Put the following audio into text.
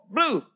Blue